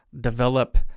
develop